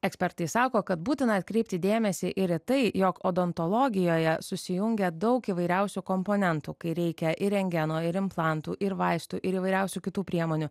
ekspertai sako kad būtina atkreipti dėmesį ir į tai jog odontologijoje susijungia daug įvairiausių komponentų kai reikia ir rentgeno ir implantų ir vaistų ir įvairiausių kitų priemonių